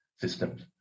systems